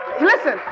Listen